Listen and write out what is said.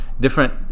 different